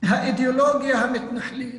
האידיאולוגיה המתנחלית